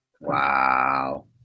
wow